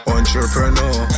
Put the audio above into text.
Entrepreneur